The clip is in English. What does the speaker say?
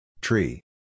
Tree